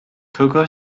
cocoa